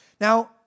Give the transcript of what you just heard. Now